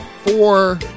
Four